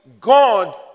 God